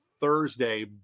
Thursday